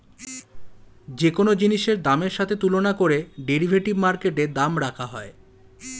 যে কোন জিনিসের দামের সাথে তুলনা করে ডেরিভেটিভ মার্কেটে দাম রাখা হয়